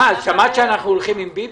שמעת שאנחנו הולכים עם ביבי?